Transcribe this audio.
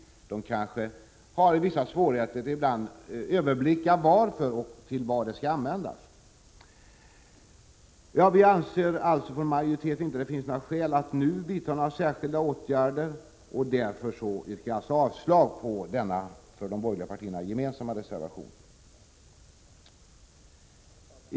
Ibland finns det kanske vissa svårigheter att överblicka det hela och förstå användningen. Utskottsmajoriteten anser alltså att det inte finns några skäl att vidta några särskilda åtgärder för närvarande. Därför yrkar jag avslag på denna gemensamma borgerliga reservation.